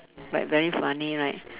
like very funny right